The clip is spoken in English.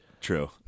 True